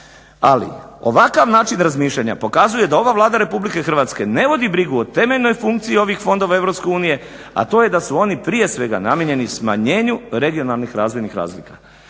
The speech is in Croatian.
Ali ovakav način razmišljanja pokazuje da ova Vlada Republike Hrvatske ne vodi brigu o temeljnoj funkciji ovih fondova EU, a to je da su oni prije svega namijenjeni smanjenju regionalnih razvojnih razlika.